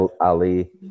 Ali